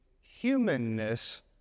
humanness